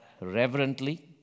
reverently